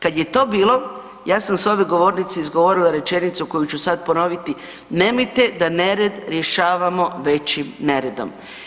Kad je to bilo, ja sam s ove govornice izgovorila rečenicu koju sad ponoviti „nemojte da nered rješavamo većim neredom“